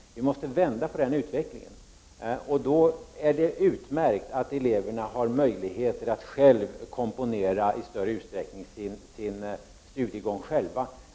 Vi måste vända på den utvecklingen. Då är det utmärkt att eleverna i stor utsträckning har möjlighet att själva komponera sin studiegång.